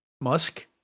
Musk